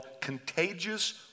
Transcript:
Contagious